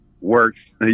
works